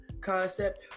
concept